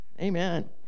Amen